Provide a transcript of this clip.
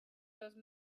those